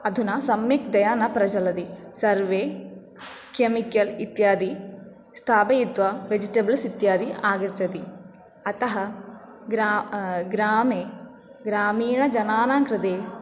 अधुना सम्यक्तया न प्रचलति सर्वे केमिकल् इत्यादि स्थापयित्वा वेजिटेबल्स् इत्यादि आगच्छन्ति अतः ग्रा ग्रामे ग्रामीणजनानां कृते